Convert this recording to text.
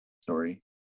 sorry